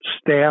Staff